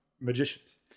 magicians